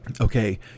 Okay